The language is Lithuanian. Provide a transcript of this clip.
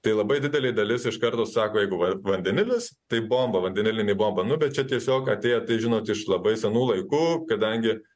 tai labai didelė dalis iš karto sako jeigu va vandenilis tai bomba vandenilinė bomba nu bet čia tiesiog atėję tai žinot iš labai senų laikų kadangi